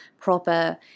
proper